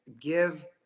give